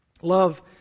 love